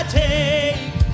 take